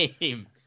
name